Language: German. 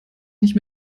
nicht